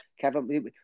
Kevin